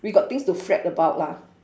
we got things to fret about lah